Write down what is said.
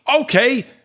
Okay